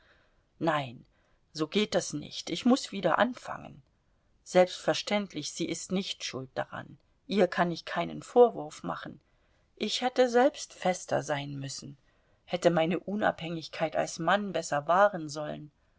nein so geht das nicht ich muß wieder anfangen selbstverständlich sie ist nicht schuld daran ihr kann ich keinen vorwurf machen ich hätte selbst fester sein müssen hätte meine unabhängigkeit als mann besser wahren sollen